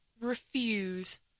refuse